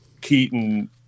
Keaton